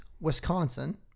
Wisconsin